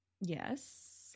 Yes